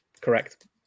correct